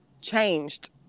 changed